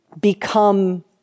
become